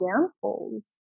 downfalls